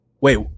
Wait